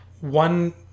one